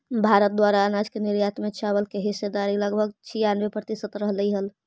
भारत द्वारा अनाज के निर्यात में चावल की हिस्सेदारी लगभग छियानवे प्रतिसत रहलइ हल